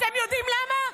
אתם יודעים למה?